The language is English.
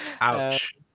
ouch